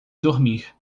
dormir